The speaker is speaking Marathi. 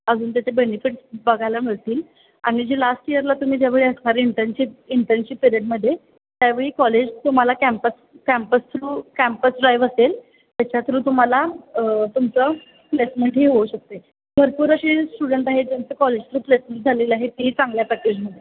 अजून त्याचे बेनिफिट् बघायला मिळतील आणि जे लास्ट इयरला तुम्ही ज्यावेळी असणार इंटर्नशिप इंटर्नशिप पिरियडमध्ये त्यावेळी कॉलेज तुम्हाला campus campus through campus drive असेल त्याच्या थ्रू तुम्हाला तुमचं प्लेसमेंटही होऊ शकते भरपूर असे स्टुडंट आहेत ज्यांचं कॉलेज थ्रू प्लेसमेंट झालेलं आहे तेही चांगल्या पॅकेजमध्ये